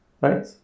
right